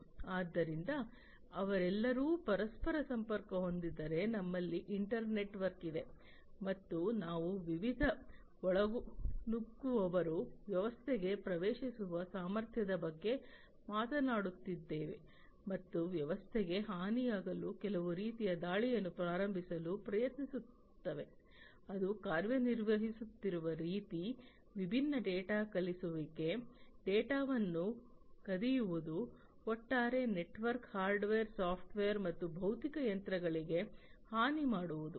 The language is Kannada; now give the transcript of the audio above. ಆದ್ದರಿಂದ ಅವರೆಲ್ಲರೂ ಪರಸ್ಪರ ಸಂಪರ್ಕ ಹೊಂದಿದ್ದರೆ ನಮ್ಮಲ್ಲಿ ಇಂಟರ್ನೆಟ್ ವರ್ಕ್ ಇದೆ ಎಂದು ಮತ್ತು ನಾವು ವಿವಿಧ ಇಂಟ್ರೂಡರ್ಗಳು ವ್ಯವಸ್ಥೆಗೆ ಪ್ರವೇಶಿಸುವ ಸಾಮರ್ಥ್ಯದ ಬಗ್ಗೆ ಮಾತನಾಡುತ್ತಿದ್ದೇವೆ ಮತ್ತು ವ್ಯವಸ್ಥೆಗೆ ಹಾನಿಯಾಗಲು ಕೆಲವು ರೀತಿಯ ದಾಳಿಯನ್ನು ಪ್ರಾರಂಭಿಸಲು ಪ್ರಯತ್ನಿಸುತ್ತಾರೆ ಅವರು ಕಾರ್ಯನಿರ್ವಹಿಸುತ್ತಿರುವ ರೀತಿ ವಿಭಿನ್ನ ಡೇಟಾ ಕಳಿಸುವಿಕೆ ಡೇಟಾವನ್ನು ಕದಿಯುವುದು ಒಟ್ಟಾರೆ ನೆಟ್ವರ್ಕ್ ಹಾರ್ಡ್ವೇರ್ ಸಾಫ್ಟ್ವೇರ್ ಮತ್ತು ಭೌತಿಕ ಯಂತ್ರಗಳಿಗೆ ಹಾನಿಮಾಡುವುದು